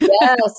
Yes